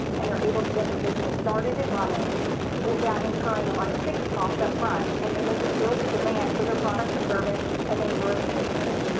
and they're able to get their business started and running without incurring a lot of fixed costs up front. and then they could build the demand for their product or service and then grow the business.